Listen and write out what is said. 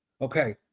Okay